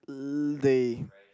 they